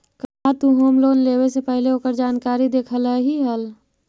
का तु home loan लेवे से पहिले ओकर जानकारी देखलही हल?